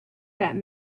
that